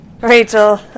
Rachel